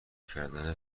کردن